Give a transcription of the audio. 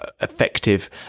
effective